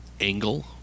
angle